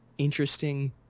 interesting